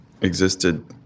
existed